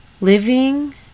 Living